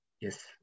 Yes